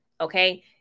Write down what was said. okay